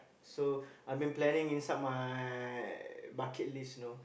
so I been planning inside my bucket list know